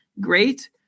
great